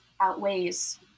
outweighs